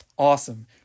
awesome